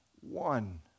one